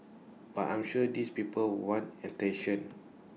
but I'm sure these people want attention